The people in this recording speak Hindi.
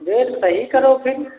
रेट सही करो फिर